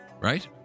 right